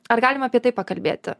ar galim apie tai pakalbėti